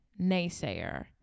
naysayer